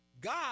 God